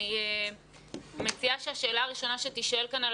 אני מציעה שהשאלה הראשונה שתישאל כאן על